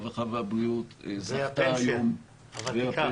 הרווחה והבריאות זכתה היום -- זו הפנסיה הוותיקה.